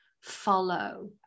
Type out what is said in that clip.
follow